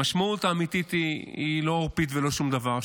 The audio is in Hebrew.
המשמעות האמיתית היא לא עורפית ולא שום דבר.